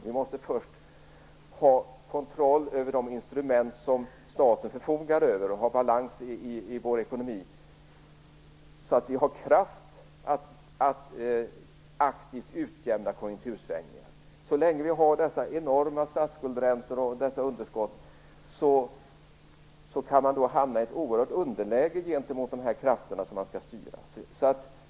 Vi måste först ha kontroll över de instrument som staten förfogar över och ha balans i vår ekonomi, så att vi har kraft att aktivt utjämna konjunktursvängningarna. Så länge vi har dessa enorma statsskuldräntor och dessa underskott kan vi hamna i ett underläge gentemot de krafter som vi skall styra.